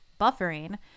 buffering